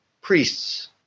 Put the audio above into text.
priests